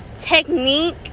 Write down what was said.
technique